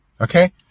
okay